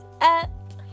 up